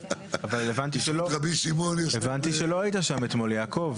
הבנתי שלא היית שם אתמול, יעקב.